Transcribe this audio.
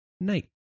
night